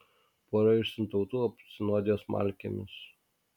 pora iš suntautų apsinuodijo smalkėmis